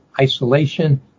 isolation